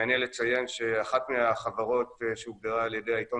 מעניין לציין שאחת מהחברות שהוגדרה על ידי העיתון